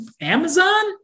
Amazon